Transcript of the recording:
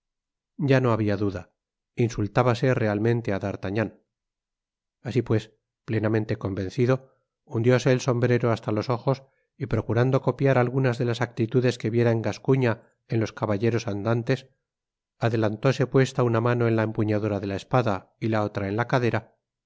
ya no habia duda insultábase realmente á d'artagnan asi pues plenamente convencido hundióse el sombrero hasta los ojos y procurando copiar algunas de las actitudes que viera en gascuña en los caballeros andantes adelantóse puesta una mano en la empuñadura de la espada y la otra en la cadera